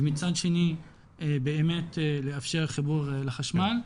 ומצד שני באמת לאפשר חיבור לחשמל.